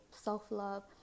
self-love